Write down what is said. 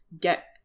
get